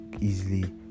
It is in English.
easily